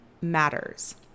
matters